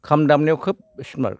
खाम दामनायाव खोब स्मार्ट